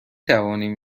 توانیم